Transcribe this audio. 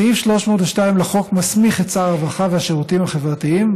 סעיף 302 לחוק מסמיך את שר הרווחה והשירותים החברתיים,